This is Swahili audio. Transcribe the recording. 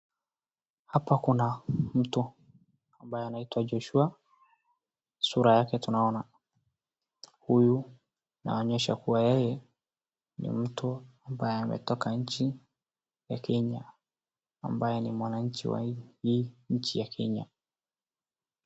Hapa kuna mtu ambaye anaitwa Joshua sura yake tunaona. Huyu inaonyesha kuwa yeye ni mtu ambaye ametoka nchi ya Kenya amabaye ni mwananchi wa hii nchi ya Kenya.